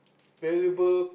valuable